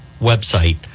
website